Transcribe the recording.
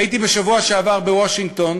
הייתי בשבוע שעבר בוושינגטון,